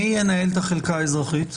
מי ינהל את החלקה האזרחית בברקת?